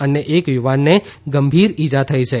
અન્ય એક યુવાનને ગંભીર ઇજા થઇ છે